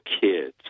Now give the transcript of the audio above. kids